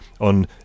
on